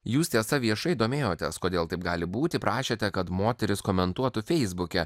jūs tiesa viešai domėjotės kodėl taip gali būti prašėte kad moterys komentuotų feisbuke